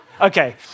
Okay